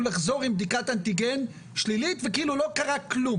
לחזור על בדיקת אנטיגן שלילית וזה יהיה כאילו לא קרה כלום?